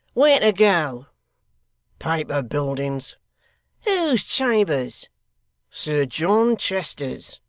where to go paper buildings whose chambers sir john chester's